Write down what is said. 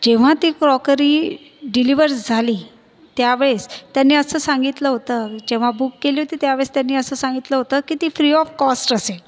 जेव्हा ती crockery deliver झाली त्या वेळेस त्यांनी असं सांगितलं होतं जेव्हा बुक केली होती त्या वेळेस त्यांनी असं सांगितलं होतं की ती फ्री ऑफ कॉस्ट असेल